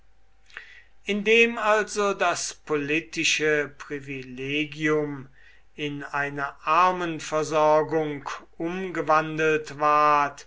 indem also das politische privilegium in eine armenversorgung umgewandelt ward